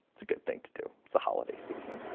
it's a good thing to do, it's the holiday season.